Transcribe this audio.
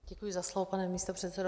Děkuji za slovo, pane místopředsedo.